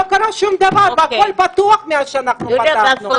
לא קרה שום דבר והכול פתוח מאז שאנחנו פתחנו.